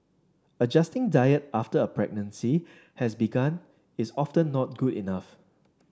adjusting diet after a pregnancy has begun is often not good enough